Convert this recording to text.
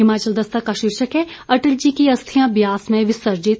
हिमाचल दस्तक का शीर्षक है अटल जी की अस्थियां ब्यास में विसर्जित